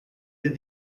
that